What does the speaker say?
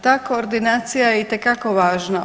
Da, ta koordinacija je itekako važna.